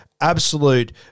absolute